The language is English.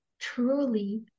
truly